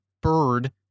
bird